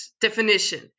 definition